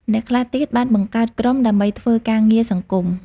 អ្នកខ្លះទៀតបានបង្កើតក្រុមដើម្បីធ្វើការងារសង្គម។